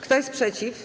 Kto jest przeciw?